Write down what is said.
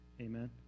Amen